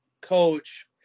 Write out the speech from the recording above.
coach